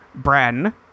Bren